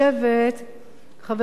חבר הכנסת נסים זאב,